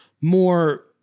more